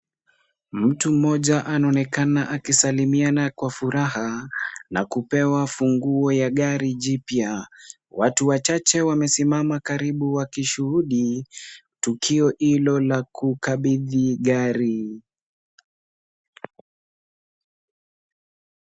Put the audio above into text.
Mtu mmoja anaonekana akisalimiana kwa furaha, na kupewa funguo wa gari jipya. Watu wachache wamesimama karibu wakishuhudia tukio hilo la kukabidhi gari.